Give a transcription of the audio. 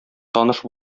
таныш